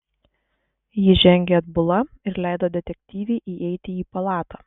ji žengė atbula ir leido detektyvei įeiti į palatą